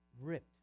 ripped